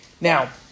Now